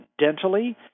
dentally